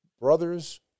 Brothers